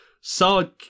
solid